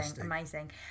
Amazing